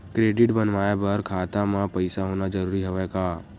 Credit बनवाय बर खाता म पईसा होना जरूरी हवय का?